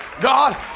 god